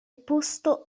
posto